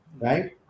right